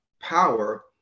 power